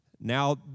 Now